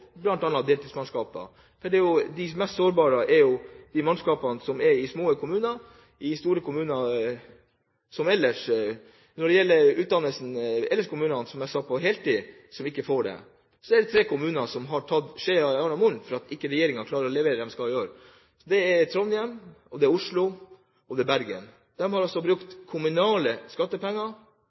på deltidsmannskaper, for de mest sårbare er de mannskapene som er i små kommuner. Av de store kommunene – som ellers, når det gjelder heltidsutdannelsen, ikke får det – er det tre kommuner som har tatt skjeen i en annen hånd fordi regjeringen ikke klarer å levere det den skal. Det er Trondheim, Oslo og Bergen. De har altså brukt kommunale skattepenger,